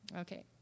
Okay